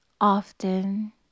Often